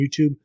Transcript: YouTube